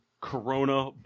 Corona